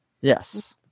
Yes